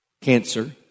cancer